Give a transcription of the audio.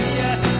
yes